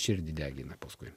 širdį degina paskui